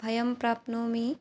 भयं प्राप्नोमि